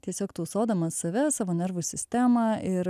tiesiog tausodamas save savo nervų sistemą ir